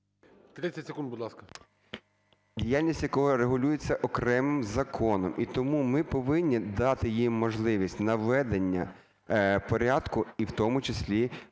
30 секунд, будь ласка. ІВАНЧУК А.В. …діяльність якого регулюється окремим законом. І тому ми повинні дати йому можливість наведення порядку, і в тому числі